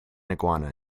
iguana